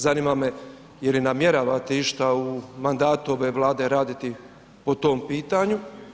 Zanima me je li namjeravate išta u mandatu ove Vlade raditi po tom pitanju.